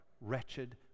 wretched